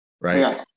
Right